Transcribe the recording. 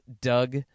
Doug